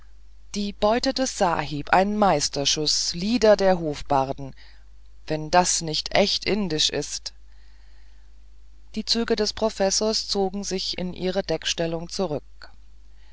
die beute des sahib ein meisterschuß lieder der hofbarden wenn das nicht echt indisch ist die züge des professors zogen sich in ihre deckstellung zurück